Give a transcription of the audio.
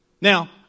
Now